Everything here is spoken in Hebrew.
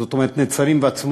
זאת אומרת נצרים ועצמונה,